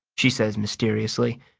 she says mysteriously,